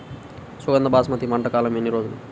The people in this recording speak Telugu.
సుగంధ బాస్మతి పంట కాలం ఎన్ని రోజులు?